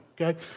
okay